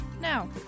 Now